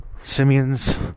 Simeon's